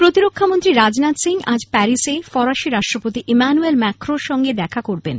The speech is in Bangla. প্রতিরক্ষামন্ত্রী রাজনাথ সিং আজ প্যারিসে ফরাসী রাষ্ট্রপতি ইম্যানুয়েল ম্যাক্রোর সঙ্গে দেখা করবেন